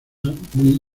muy